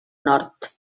nord